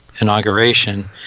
inauguration